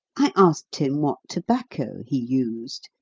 i asked him what tobacco he used,